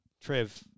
Trev